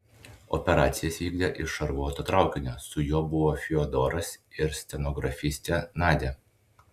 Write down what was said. operacijas vykdė iš šarvuoto traukinio su juo buvo fiodoras ir stenografistė nadia